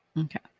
Okay